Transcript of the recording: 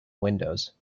windows